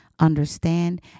understand